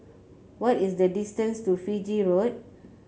what is the distance to Fiji Road